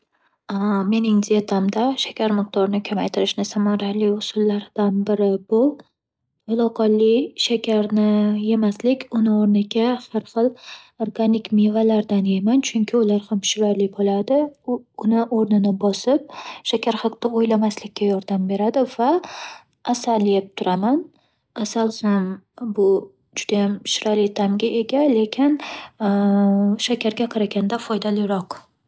Mening dietamda shakar miqdorini kamaytirishni samarali usullardan biri bu- to'laqonli shakarni yemaslik. Uni o'rniga har xil organik mevalardan yeyman, chunki ular ham shirali bo'ladi. Uni o'rnini bosib, shakar haqda o'ylamaslikka yordam beradi va asal yeb turaman. Asal ham bu- judayam shirali ta'mga ega lekin shakarga qaraganda foydaliroq.